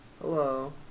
Hello